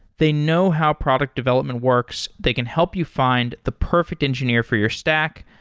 they know how product development works. they can help you find the perfect engineer for your stack,